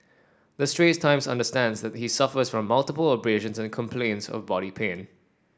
the Straits Times understands that he suffers from multiple abrasions and complains of body pain